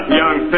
young